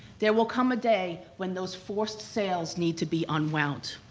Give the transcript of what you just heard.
there will come a day when those forced sales need to be unwound.